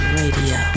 radio